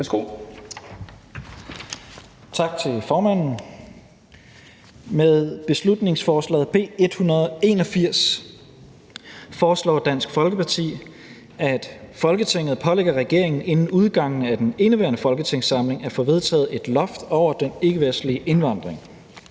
Tak til formanden. Med beslutningsforslaget B 181 foreslår Dansk Folkeparti, at Folketinget pålægger regeringen inden udgangen af indeværende folketingssamling at få vedtaget et loft over den ikkevestlige indvandring.